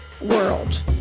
world